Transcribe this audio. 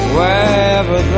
Wherever